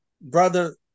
brother